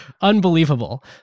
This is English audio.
Unbelievable